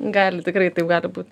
gal tikrai taip gali būt